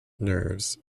nerves